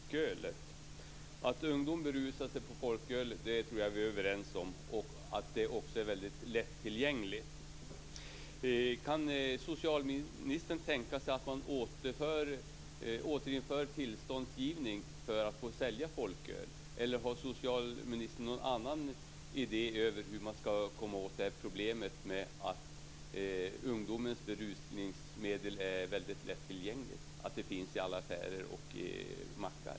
Fru talman! Min fråga till socialministern gäller ungdomar och folkölet. Att ungdomar berusar sig på folköl tror jag vi är överens om och om att det också är väldigt lättillgängligt. Kan socialministern tänka sig att man återinför tillståndsgivning för folkölsförsäljning? Eller har socialministern någon annan idé om hur man ska komma åt problemet med att ungdomars berusningsmedel är väldigt lättillgängligt? Det finns ju i många affärer och på bensinmackar.